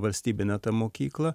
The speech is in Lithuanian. valstybinė ta mokykla